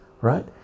right